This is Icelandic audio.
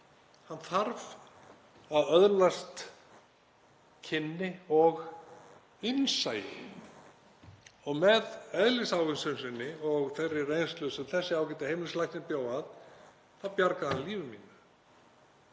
hann þarf að öðlast kynni og innsæi og með eðlisávísun sinni og þeirri reynslu sem þessi ágæti heimilislæknir bjó að bjargaði hann lífi mínu.